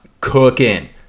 cooking